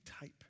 type